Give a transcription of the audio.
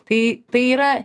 tai tai yra